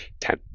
Ten